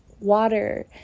water